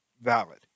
valid